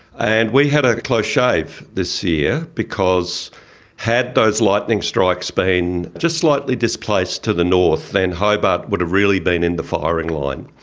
and we had a close shave this year because had those lightning strikes been just slightly displaced to the north, then hobart would have really been in the firing line.